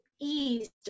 east